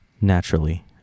naturally